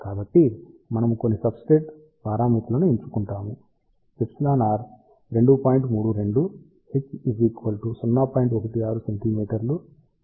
కాబట్టి మనము కొన్ని సబ్స్ట్రేట్ పారామితులను ఎంచుకుంటాము εr 2